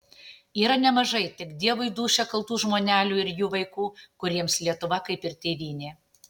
yra nemažai tik dievui dūšią kaltų žmonelių ir jų vaikų kuriems lietuva kaip ir tėvynė